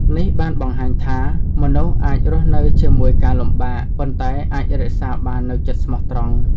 នេះបានបង្ហាញថា មនុស្សអាចរស់នៅជាមួយការលំបាក ប៉ុន្តែអាចរក្សាបាននូវចិត្តស្មោះត្រង់។